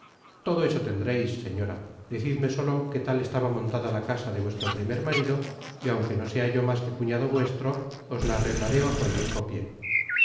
todo eso tendreis señora decidme solo que tal estaba montada la casa de vuestro primer marido y aunque no sea yo mas que cuñado vuestro os la arreglaré bajo el mismo pié